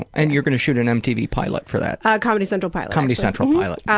and you're gonna shoot an mtv pilot for that. a comedy central pilot. comedy central pilot.